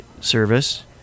service